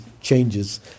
changes